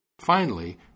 Finally